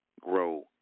grow